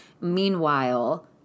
Meanwhile